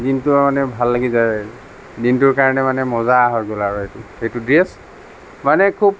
দিনটো আৰু মানে ভাল লাগি যায় আৰু দিনটোৰ কাৰণে মানে মজা হৈ গ'ল আৰু সেইটো সেইটো ড্ৰেছ মানে খুব